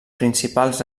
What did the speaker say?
principals